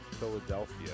Philadelphia